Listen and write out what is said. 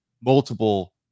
multiple